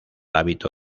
hábito